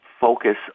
focus